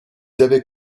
avaient